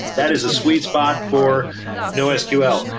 that is a sweet spot for nosql.